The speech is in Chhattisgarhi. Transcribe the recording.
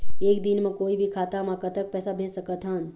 एक दिन म कोई भी खाता मा कतक पैसा भेज सकत हन?